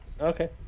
Okay